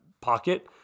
pocket